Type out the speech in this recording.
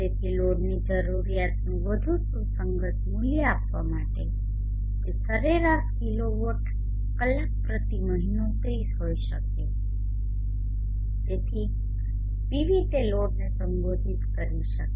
તેથી લોડની જરૂરીયાતનુ વધુ સુસંગત મૂલ્ય આપવા માટે તે સરેરાસ કિલોવોટ કલાક પ્રતિ મહિનો30 હોઈ શકે છે જેથી PV તે લોડને સંબોધિત કરી શકે